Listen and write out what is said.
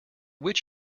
which